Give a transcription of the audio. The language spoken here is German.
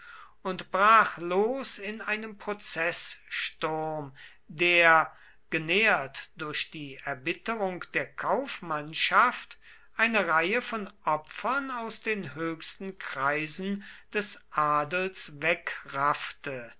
und brach los in einem prozeßsturm der genährt durch die erbitterung der kaufmannschaft eine reihe von opfern aus den höchsten kreisen des adels